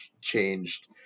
changed